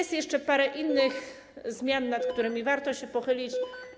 Jest jeszcze parę innych zmian, nad którymi warto się pochylić.